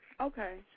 Okay